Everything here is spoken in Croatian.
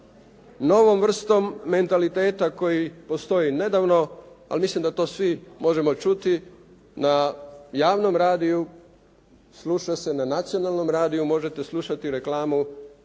novom vrstom mentaliteta koji postoji nedavno ali mislim da to svim možemo čuti na javnom radiju, sluša se na nacionalnom radiju možete slušati reklamu